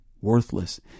worthless